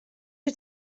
wyt